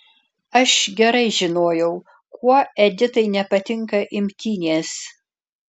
aš gerai žinojau kuo editai nepatinka imtynės